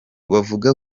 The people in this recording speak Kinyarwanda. bavuga